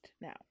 Now